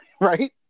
right